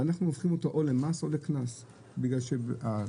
ואנחנו הופכים אותו או למס או לקנס בגלל שהחוק